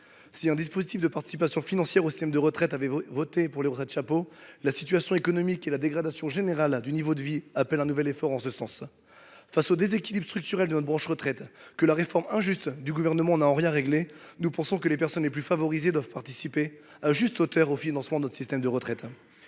Un dispositif de participation financière au système de retraite avait certes été voté pour les retraites chapeaux, mais la situation économique actuelle, marquée par la dégradation générale des niveaux de vie, appelle un nouvel effort en ce sens. Face au déséquilibre structurel de la branche retraite, que la réforme injuste du Gouvernement n’a en rien réglé, nous pensons que les personnes les plus favorisées doivent participer à la juste hauteur au financement de notre système de retraite.